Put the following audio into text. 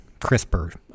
CRISPR